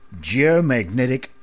geomagnetic